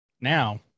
Now